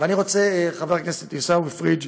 חבר הכנסת עיסאווי פריג',